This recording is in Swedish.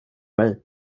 mig